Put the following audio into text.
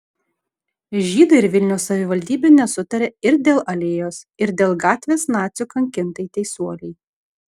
žydai ir vilniaus savivaldybė nesutaria ir dėl alėjos ir dėl gatvės nacių kankintai teisuolei